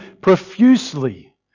profusely